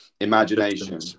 Imagination